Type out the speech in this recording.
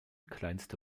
kleinste